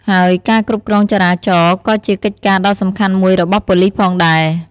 ហើយការគ្រប់គ្រងចរាចរណ៍ក៏ជាកិច្ចការដ៏សំខាន់មួយរបស់ប៉ូលីសផងដែរ។